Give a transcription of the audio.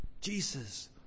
Jesus